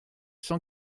cent